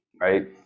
right